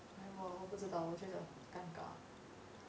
我不知道我觉得尴尬